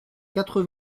quatre